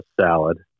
salad